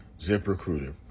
ZipRecruiter